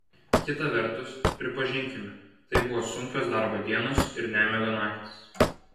kita vertus pripažinkime tai buvo sunkios darbo dienos ir nemigo naktys